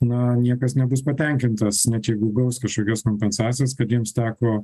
na niekas nebus patenkintas net jeigu gaus kažkokias kompensacijas kad jiems teko